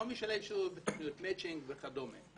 הסוציו-אקונומי של היישוב, בתכניות מצ'ינג וכדומה?